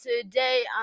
today